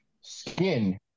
skin